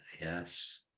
Yes